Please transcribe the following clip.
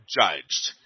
judged